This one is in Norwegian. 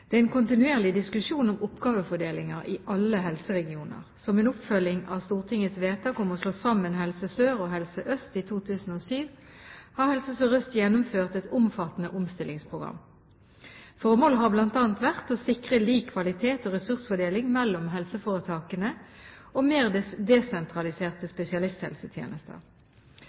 Det er en kontinuerlig diskusjon om oppgavefordeling i alle helseregioner. Som en oppfølging av Stortingets vedtak om å slå sammen Helse Sør og Helse Øst i 2007, har Helse Sør-Øst gjennomført et omfattende omstillingsprogram. Formålet har blant annet vært å sikre lik kvalitet og ressursfordeling mellom helseforetakene, og mer desentraliserte spesialisthelsetjenester.